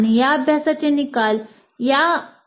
अभ्यासाचे निकाल ta